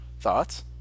thoughts